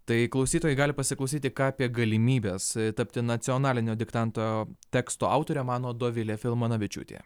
tai klausytojai gali pasiklausyti ką apie galimybes tapti nacionalinio diktanto teksto autore mano dovilė filmanavičiūtė